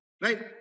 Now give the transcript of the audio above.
Right